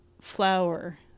flower